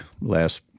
last